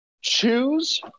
choose